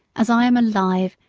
as i am alive,